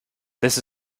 this